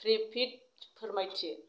traffic फोरमायथि